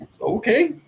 Okay